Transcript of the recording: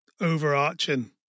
overarching